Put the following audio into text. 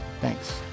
Thanks